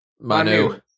Manu